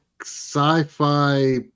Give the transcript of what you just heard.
sci-fi